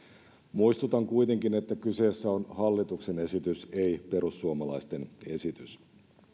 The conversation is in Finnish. muistutan kuitenkin että kyseessä on hallituksen esitys ei perussuomalaisten esitys